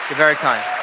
very kind.